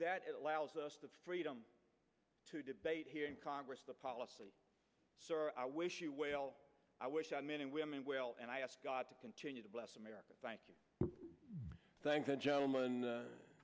that allows us the freedom to debate here in congress the policy i wish you well i wish on men and women well and i ask god to continue to bless america thank you thank the gentleman